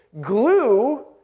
glue